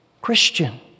Christian